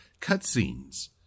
cutscenes